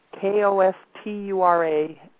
K-O-S-T-U-R-A